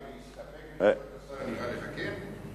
להסתפק בתשובת השר נראה לך כן?